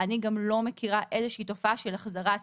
אני גם לא מכירה תופעה של החזרת